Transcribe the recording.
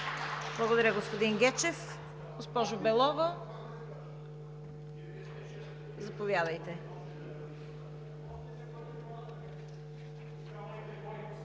Благодаря, господин Гечев. Госпожо Белова, заповядайте.